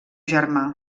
germà